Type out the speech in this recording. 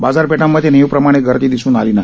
बाजारपेठांमध्ये नेहमीप्रमाणे गर्दी दिसून आली नाही